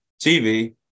TV